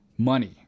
Money